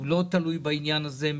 הוא לא תלוי בעניין הזה.